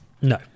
No